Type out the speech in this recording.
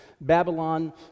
Babylon